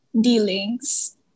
dealings